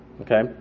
Okay